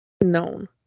known